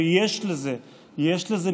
ויש לזה משקל,